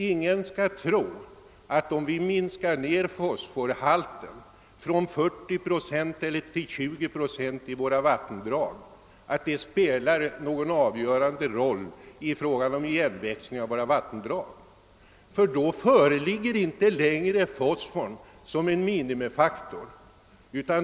Ingen skall tro att en minskning av fosforhalten från 40 till 20 procent spelar någon avgörande roll för igenväxningen av våra vattendrag. Fosfor är i detta sammanhang inte en minimifaktor.